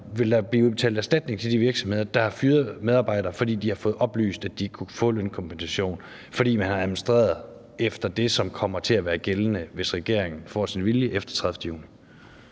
der blive udbetalt erstatning til de virksomheder, der har fyret medarbejdere, fordi de har fået oplyst, at de ikke kunne få lønkompensation, fordi man har administreret efter det, som kommer til at være gældende, hvis regeringen får sin vilje, efter den 30. juni?